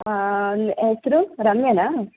ಹೆಸ್ರು ರಮ್ಯನಾ